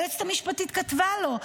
היועצת המשפטית כתבה לו,